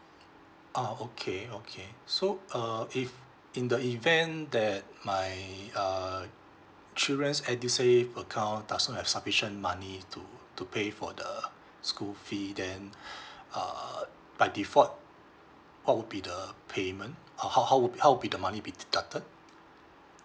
ah okay okay so uh if in the event that my uh children's edusave account doesn't have sufficient money to to pay for the school fee then err by default what would be the payment uh how how would be how would be the money be deducted